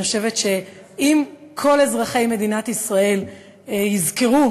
אני חושבת שאם כל אזרחי מדינת ישראל יזכרו